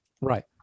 Right